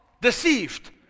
deceived